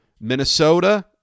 Minnesota